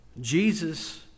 Jesus